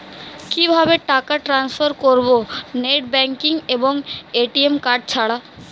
কিভাবে টাকা টান্সফার করব নেট ব্যাংকিং এবং এ.টি.এম কার্ড ছাড়া?